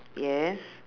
yes